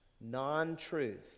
non-truth